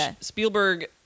Spielberg